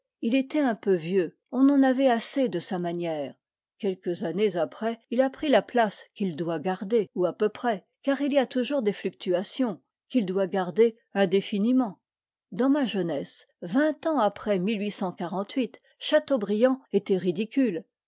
il était un peu vieux on en avait assez de sa manière quelques années après il a pris la place qu'il doit garder ou à peu près car il y a toujours des fluctuations qu'il doit garder indéfiniment dans ma jeunesse vingt ans après chateaubriand était ridicule